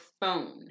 phone